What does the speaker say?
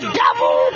devil